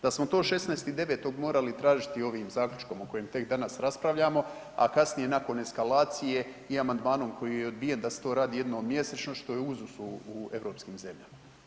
Da smo to 16.9. morali tražiti ovim zaključkom o kojem tek danas raspravljamo, a kasnije nakon eskalacije i amandmanom koji je odbijen da se to radi jednom mjesečno što je uzus u europskim zemljama.